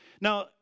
Now